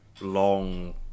long